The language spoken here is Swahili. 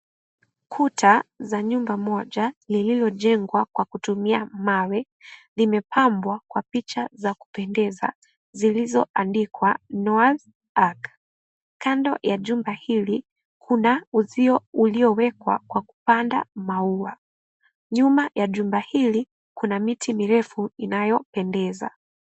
Kuta za nyumba moja lililojengwa kwa kutumia mawe limepambwa kwa picha za kupendeza zilizoandoikwa Noahs Ark kando ya jumba hili kuna uzio uliowekwa kwa kupanda maua. Nyuma ya jumba hili kuna miti mirefu inayopendeza.